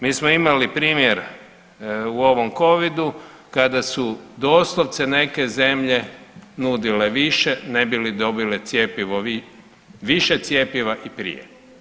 Mi smo imali primjer u ovom covidu kada su doslovce neke zemlje nudile više ne bi li dobile više cjepiva i prije.